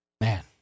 Man